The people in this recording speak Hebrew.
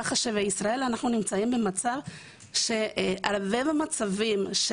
כך שבישראל אנחנו נמצאים במצבים רבים של